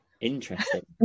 Interesting